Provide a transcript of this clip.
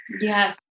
Yes